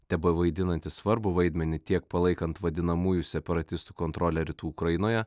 tebevaidinanti svarbų vaidmenį tiek palaikant vadinamųjų separatistų kontrolę rytų ukrainoje